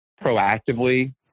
proactively